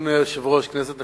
אדוני היושב-ראש, כנסת נכבדה,